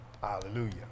Hallelujah